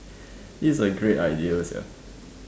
this is a great idea sia